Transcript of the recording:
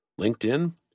LinkedIn